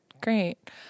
great